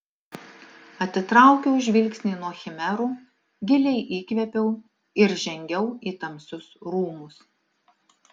atitraukiau žvilgsnį nuo chimerų giliai įkvėpiau ir žengiau į tamsius rūmus